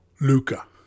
Luca